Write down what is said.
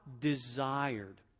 desired